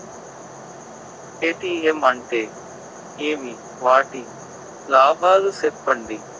ATM అంటే ఏమి? వాటి లాభాలు సెప్పండి?